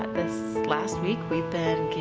this last week, we've been